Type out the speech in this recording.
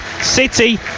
City